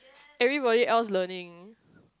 everybody else learning